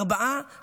ארבעה,